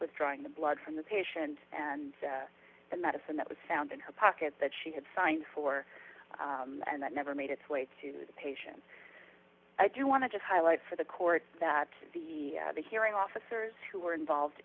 withdrawing the blood from the patient and the medicine that was found in her pocket that she had signed for and that never made its way to the patient i do want to just highlight for the court that the the hearing officers who were involved